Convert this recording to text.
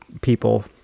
people